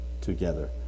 together